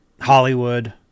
hollywood